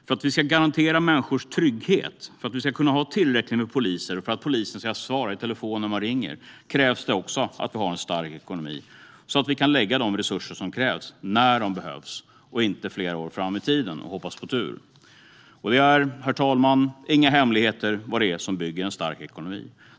För att vi ska kunna garantera människors trygghet, för att vi ska kunna ha tillräckligt med poliser och för att polisen ska kunna svara i telefon när människor ringer krävs det också att vi har en stark ekonomi. Då kan vi lägga de resurser som krävs när det behövs - inte flera år fram i tiden och hoppas på tur. Herr talman! Det är ingen hemlighet vad som bygger en stark ekonomi.